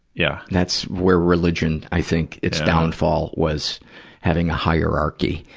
yeah. that's where religion, i think, its downfall was having a hierarchy.